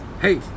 Hey